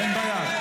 אין בעיה.